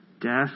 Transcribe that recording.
death